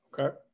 Okay